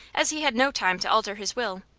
as he had no time to alter his will.